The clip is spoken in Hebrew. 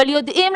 אבל יודעים,